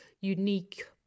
unique